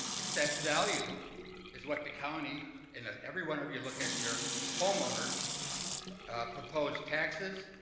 assessed value is what the county and every one of you look at your homeowners proposed taxes,